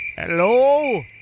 Hello